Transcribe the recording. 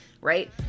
right